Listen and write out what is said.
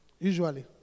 usually